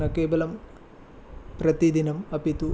न केवलं प्रतिदिनम् अपि तु